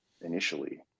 initially